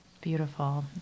Beautiful